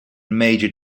major